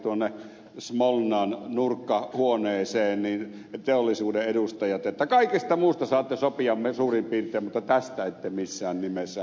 silloin sinne smolnan nurkkahuoneeseen laukkasivat teollisuuden edustajat ja sanoivat että kaikesta muusta saatte sopia suurin piirtein mutta tästä ette missään nimessä